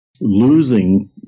losing